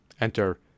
enter